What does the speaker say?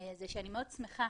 - אני מאוד שמחה